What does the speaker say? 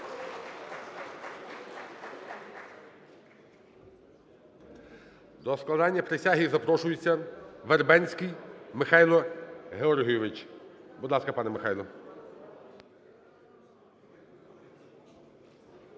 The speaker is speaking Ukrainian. До складання присяги запрошується Вербенський Михайло Георгійович. Будь ласка, пане Михайло.